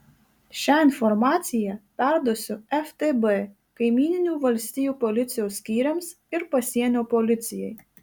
šią informaciją perduosiu ftb kaimyninių valstijų policijos skyriams ir pasienio policijai